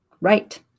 Right